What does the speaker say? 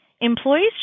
Employees